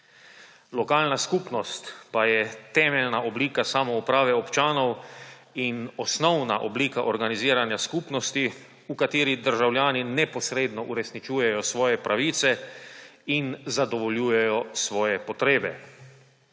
Lokalna skupnost pa je temeljna oblika samouprave občanov in osnovna oblika organiziranja skupnosti, v kateri državljani neposredno uresničujejo svoje pravice in zadovoljujejo svoje potrebe.